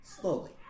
Slowly